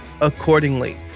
accordingly